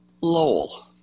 Lowell